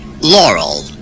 Laurel